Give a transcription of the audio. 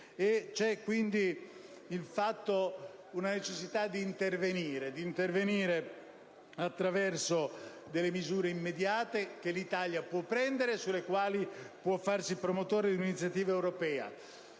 C'è quindi la necessità di intervenire attraverso misure immediate, che l'Italia può prendere e sulle quali può farsi promotrice di un'iniziativa europea.